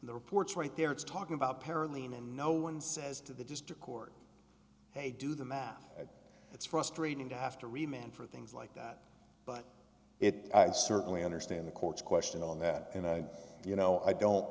the reports right there it's talking about parenting and no one says to the district court hey do the math it's frustrating to have to remain for things like that but it i certainly understand the court's question on that and i you know i don't